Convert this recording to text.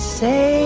say